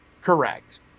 Correct